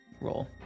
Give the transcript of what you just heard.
roll